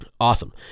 Awesome